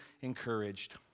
encouraged